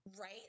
Right